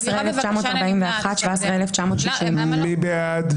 17,581 עד 17,600. מי בעד?